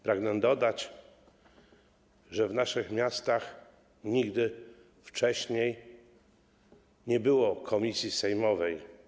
Pragnę dodać, że w naszych miastach nigdy wcześniej nie było posiedzenia komisji sejmowej.